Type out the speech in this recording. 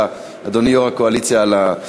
עברה בקריאה שנייה ובקריאה שלישית.